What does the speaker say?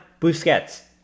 Busquets